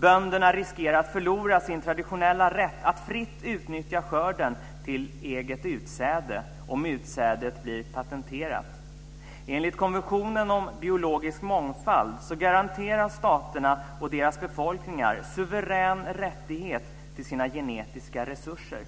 Bönderna riskerar att förlora sin traditionella rätt att fritt utnyttja skörden till eget utsäde om utsädet blir patenterat. Enligt konventionen om biologisk mångfald garanteras staterna och deras befolkningar suverän rättighet till sina genetiska resurser.